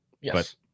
Yes